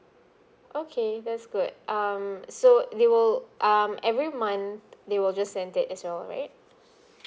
okay that's good um so they will um every month they will just send that as well right